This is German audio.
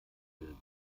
bilden